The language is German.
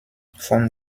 von